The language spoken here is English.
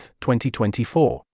2024